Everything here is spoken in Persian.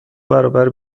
برابر